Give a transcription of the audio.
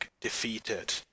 defeated